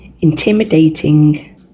intimidating